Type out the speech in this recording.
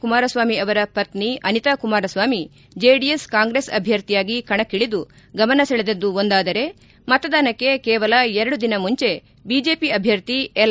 ಕುಮಾರಸ್ವಾಮಿ ಅವರ ಪತ್ನಿ ಅನಿತಾ ಕುಮಾರಸ್ವಾಮಿ ಜೆಡಿಎಸ್ ಕಾಂಗ್ರೆಸ್ ಅಭ್ಯರ್ಥಿಯಾಗಿ ಕಣಕ್ಕಿಳಿದು ಗಮನ ಸೆಳೆದದ್ದು ಒಂದಾದರೆ ಮತದಾನಕ್ಕೆ ಕೇವಲ ಎರಡು ದಿನ ಮುಂಚೆ ಬಿಜೆಪಿ ಅಭ್ಯರ್ಥಿ ಎಲ್